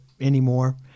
anymore